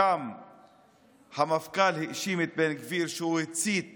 שם המפכ"ל האשים את בן גביר שהוא הצית